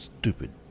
Stupid